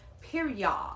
period